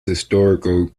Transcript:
historical